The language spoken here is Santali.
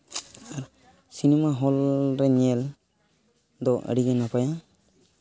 ᱥᱤᱱᱮᱢᱟ ᱦᱚᱞ ᱨᱮ ᱧᱮᱞ ᱫᱚ ᱟᱹᱰᱤ ᱜᱮ ᱱᱟᱯᱟᱭᱟ